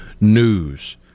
news